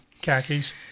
Khakis